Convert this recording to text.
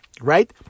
right